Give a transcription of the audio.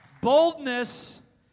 Boldness